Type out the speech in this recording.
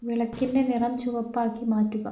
വിളക്കിൻ്റെ നിറം ചുവപ്പാക്കി മാറ്റുക